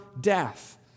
death